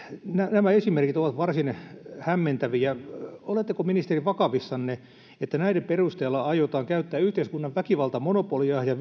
nämä esimerkit ovat varsin hämmentäviä oletteko ministeri vakavissanne että tämän perusteella aiotaan käyttää yhteiskunnan väkivaltamonopolia ja